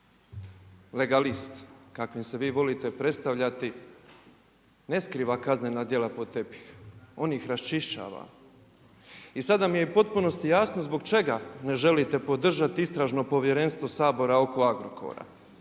Legalist kakvim se vi volite predstavati ne skriva kaznena djela pod tepih, on ih raščišćava. I sada mi je u potpunosti jasno zbog čega ne želite podržati Istražno povjerenstvo Sabora oko Agrokora.